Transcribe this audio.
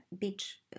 beach